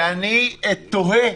ואני תוהה: